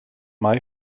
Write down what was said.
mai